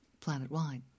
planet-wide